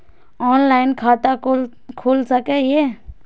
Online खाता खुल सके ये?